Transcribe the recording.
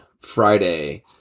Friday